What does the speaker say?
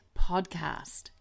podcast